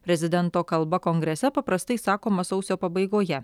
prezidento kalba kongrese paprastai sakoma sausio pabaigoje